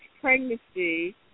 pregnancy